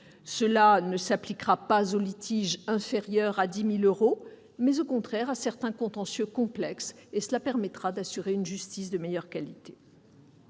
Cela s'appliquera non pas aux litiges inférieurs à 10 000 euros, mais à certains contentieux complexes, permettant d'assurer une justice de meilleure qualité.